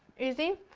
easy.